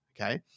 Okay